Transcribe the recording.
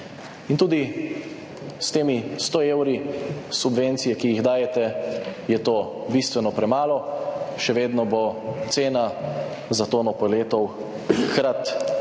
in tudi s temi 100 evri subvencije, ki jih dajete, je to bistveno premalo, še vedno bo cena za tono peletov krat dva,